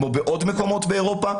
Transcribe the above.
כמו בעוד מקומות באירופה,